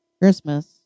Christmas